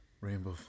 Rainbow